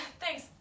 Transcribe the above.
thanks